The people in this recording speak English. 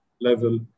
level